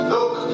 Look